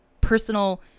personal